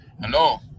hello